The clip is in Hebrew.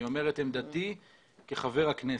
אני אומר את עמדתי כחבר הכנסת.